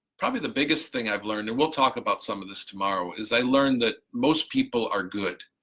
probably the biggest thing i've learned, and we'll talk about some of this tomorrow, is i learned that most people are good.